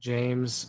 James